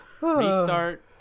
restart